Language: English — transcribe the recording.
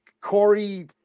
Corey